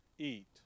Eat